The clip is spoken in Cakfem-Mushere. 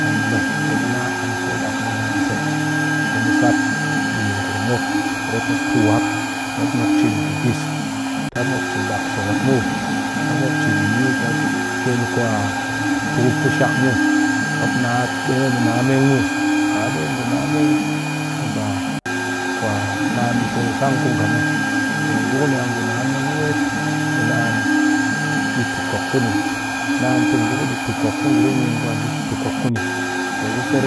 A ni le be an poo dak mɨ naan se tu mu sat di ngurum mop, ret mop tuwap mop nok cin kubis tap mop cin dak sokot muw tap mop cin bi ku mop kyel tukup ku shak muw mop de a mɨ na meng muw kat ka de a ngu na meng be ba kwa naan di kyel san ku nga muw pe ngu ku niya ngu na meng wet be naan di toko kuni naan te ngu ko di toko kuni pe sese